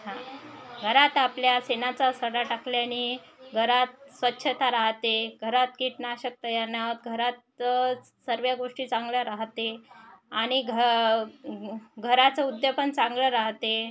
हां घरात आपल्या शेणाचा सडा टाकल्याने घरात स्वच्छता राहते घरात कीटनाशक तयार नाही होत घरात च सर्व गोष्टी चांगल्या राहते आणि घ घराचं उद्यापन चांगलं राहते